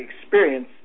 experience